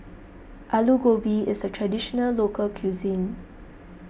Alu Gobi is a Traditional Local Cuisine